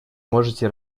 можете